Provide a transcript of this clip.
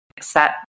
set